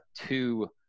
two